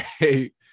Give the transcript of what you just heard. right